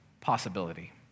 possibility